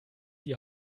die